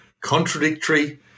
contradictory